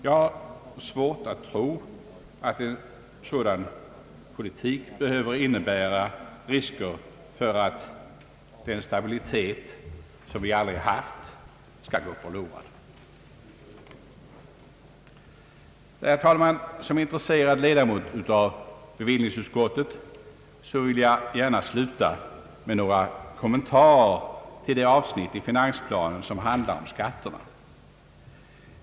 Jag har svårt att tro att en sådan linje behöver innebära risker för att den stabilitet, som vi aldrig haft, skall gå förlorad. Herr talman! Som intresserad ledamot av bevillningsutskottet vill jag gärna sluta med några kommentarer till de avsnitt i finansplanen som handlar om skatterna.